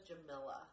Jamila